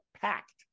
packed